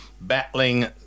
battling